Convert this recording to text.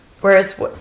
Whereas